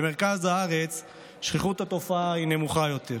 במרכז הארץ שכיחות התופעה היא נמוכה יותר,